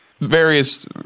various